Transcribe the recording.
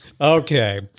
okay